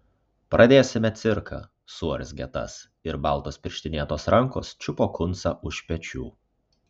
pradėsime cirką suurzgė tas ir baltos pirštinėtos rankos čiupo kuncą už pečių